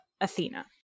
athena